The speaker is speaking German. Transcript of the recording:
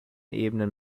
ebenen